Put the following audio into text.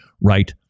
right